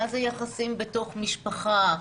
מה זה יחסים בתוך משפחה,